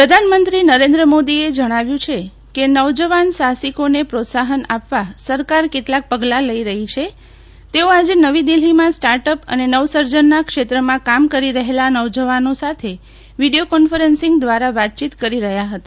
startup પ્રધાનમંત્રી નરેન્દ્ર મોદીએ જણાવ્યું છે કે નવ જવાન સાહસિકોને પ્રોત્સાહન આપવા સરકાર કેટલાંક પગલા લઇ રહી છે તેઓ આજે નવી દિલ્હીમાં સ્ટાર્ટ અપ અને નવસર્જનના ક્ષેત્રમાં કામ કરી રહેલા નવજવાનો સાથે વિડીઓ કોન્ફરન્સિંગ દ્વારા વાતચીત કરી રહ્યા હતા